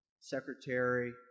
secretary